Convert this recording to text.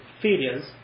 failures